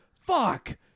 fuck